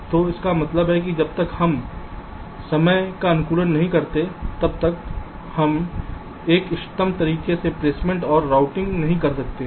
तो इसका मतलब है कि जब तक हम समय का अनुकूलन नहीं करते हैं तब तक हम एक इष्टतम तरीके से प्लेसमेंट और राउटिंग नहीं कर सकते हैं